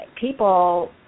people